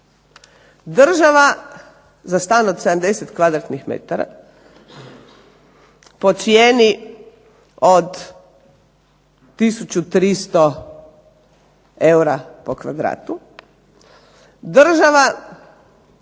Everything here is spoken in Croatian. država za stan od 70 m2 po cijeni od 1300 eura po kvadratu